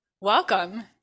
welcome